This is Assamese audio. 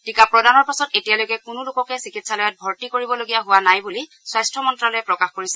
টীকা প্ৰদানৰ পাছত এতিয়ালৈকে কোনো লোককে চিকিৎসালয়ত ভৰ্তি কৰিবলগীয়া হোৱা নাই বুলি স্বাস্থ্য মন্ত্যালয়ে প্ৰকাশ কৰিছে